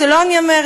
זה לא אני אומרת,